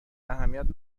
اهمیت